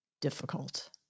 difficult